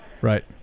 Right